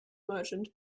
merchant